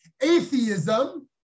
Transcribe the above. Atheism